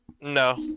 no